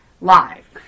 live